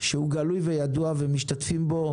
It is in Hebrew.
שהוא גלוי וידוע ומשתתפים בו,